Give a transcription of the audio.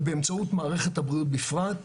ובאמצעות מערכת הבריאות בפרט,